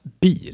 bil